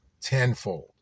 tenfold